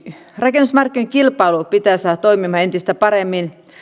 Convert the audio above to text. rakennusmarkkinoiden kilpailu pitää saada toimimaan entistä paremmin